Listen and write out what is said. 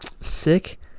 sick